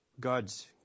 God's